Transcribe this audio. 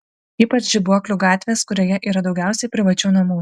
ypač žibuoklių gatvės kurioje yra daugiausiai privačių namų